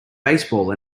baseball